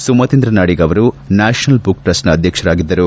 ಸುಮತೀಂದ್ರ ನಾಡಿಗ್ ಅವರು ನ್ಯಾಷನಲ್ ಬುಕ್ಟ್ರಪ್ಸ್ನ ಅಧ್ಯಕ್ಷರಾಗಿದ್ದರು